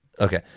okay